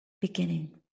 beginning